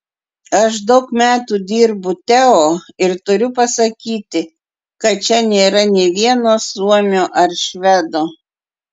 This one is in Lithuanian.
aš daug metų dirbu teo ir turiu pasakyti kad čia nėra nė vieno suomio ar švedo